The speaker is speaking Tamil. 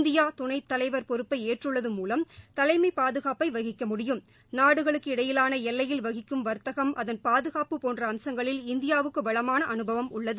இந்தியா துணைத்தலைவா் பொறுப்பை ஏற்றுள்ளது மூலம் தலைமை பாதுகாப்பை வகிக்கமுடியும் நாடுகளுக்கு இடையிலான எல்லையில் நடக்கும் வர்த்தகம் அதன் பாதுகாப்பு போன்ற அம்சங்களில் இந்தியாவுக்கு வளமான அனுபவம் உள்ளது